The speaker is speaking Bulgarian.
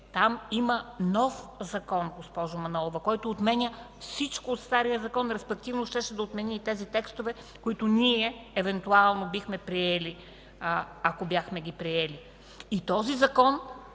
там има нов закон, госпожо Манолова, който отменя всичко от стария закон. Респективно щеше да отмени и тези текстове, които ние евентуално бихме приели, ако бяхме ги приели. Този Закон